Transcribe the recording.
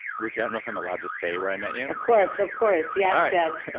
ricki, i don't know if i'm allowed to say where i met you. of course, of course. yeah yes, ah